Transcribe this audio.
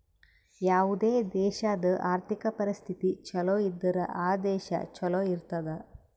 ಯಾವುದೇ ದೇಶಾದು ಆರ್ಥಿಕ್ ಪರಿಸ್ಥಿತಿ ಛಲೋ ಇದ್ದುರ್ ಆ ದೇಶಾ ಛಲೋ ಇರ್ತುದ್